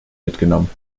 mitgenommen